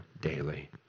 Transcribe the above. daily